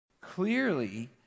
Clearly